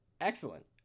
excellent